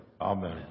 Amen